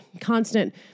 constant